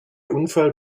unfall